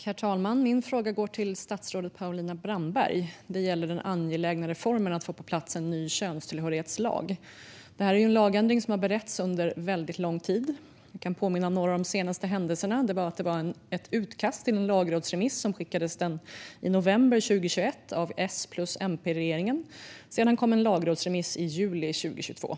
Herr talman! Min fråga går till statsrådet Paulina Brandberg och gäller den angelägna reformen att få på plats en ny könstillhörighetslag. Denna lagändring har beretts under väldigt lång tid, och jag kan påminna om några av de senaste händelserna. Ett utkast till en lagrådsremiss skickades i november 2021 av S-MP-regeringen. Därefter kom en lagrådsremiss i juli 2022.